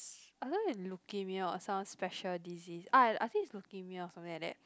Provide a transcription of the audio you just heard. I don't know is leukemia or some special disease ah I think is leukemia or something like that